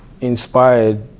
inspired